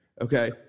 Okay